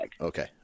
Okay